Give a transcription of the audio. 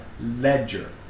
ledger